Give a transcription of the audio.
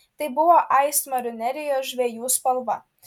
tai buvo aistmarių nerijos žvejų spalva